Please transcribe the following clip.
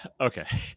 Okay